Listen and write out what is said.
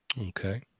okay